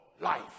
life